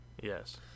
Yes